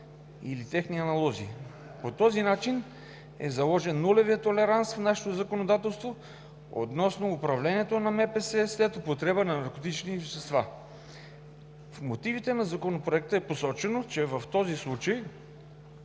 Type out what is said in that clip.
или техни аналози. По този начин е заложен нулевият толеранс в нашето законодателство относно управлението на МПС след употреба на наркотични вещества. В мотивите към Законопроекта е посочено, че в този случай